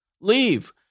leave